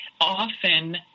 often